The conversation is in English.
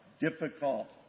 difficult